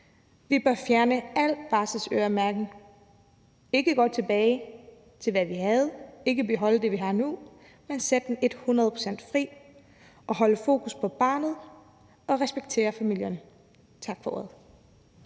Vi bør fjerne al barselsøremærkning. Vi skal ikke gå tilbage til, hvad vi havde, ikke beholde det, vi har nu, men sætte det et hundrede procent fri og holde fokus på barnet og respektere familierne. Tak for ordet.